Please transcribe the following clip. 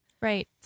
Right